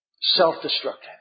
self-destructive